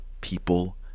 people